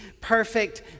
perfect